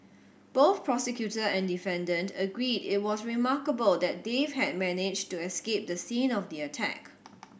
both prosecutor and defendant agreed it was remarkable that Dave had managed to escape the scene of the attack